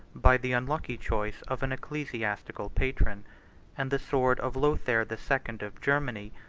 by the unlucky choice of an ecclesiastical patron and the sword of lothaire the second of germany,